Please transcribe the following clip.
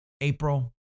April